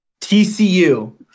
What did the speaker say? TCU